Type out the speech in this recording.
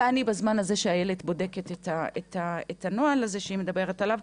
ובזמן הזה איילת מחפשת את הנוהל הזה שהיא מדברת עליו,